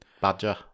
badger